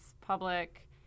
public